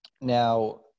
Now